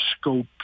scope